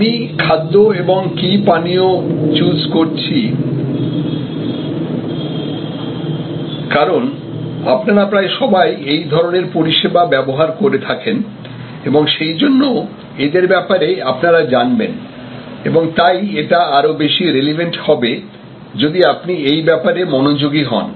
আমি খাদ্য এবং কি পানীয় চুজ করছি কারণ আপনারা প্রায় সবাই এই ধরনের পরিষেবা ব্যবহার করে থাকেন এবং সেই জন্য এদের ব্যাপারে আপনারা জানবেন এবং তাই এটা আরো বেশি রেলিভেন্ট হবে যদি আপনি এই ব্যাপারে মনোযোগী হন